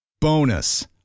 Bonus